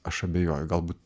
aš abejoju galbūt